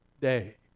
day